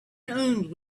owned